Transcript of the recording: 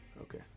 Okay